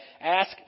Ask